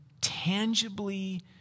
tangibly